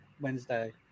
Wednesday